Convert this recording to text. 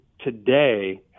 today